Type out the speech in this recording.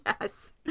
yes